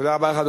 תודה רבה לך,